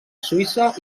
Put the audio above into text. suïssa